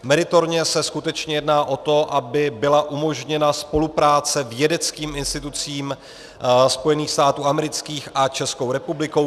Meritorně se skutečně jedná o to, aby byla umožněna spolupráce vědeckým institucím Spojených států amerických a České republiky.